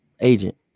agent